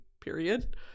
Period